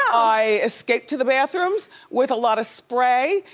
i escape to the bathrooms with a lot of spray.